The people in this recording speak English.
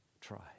Try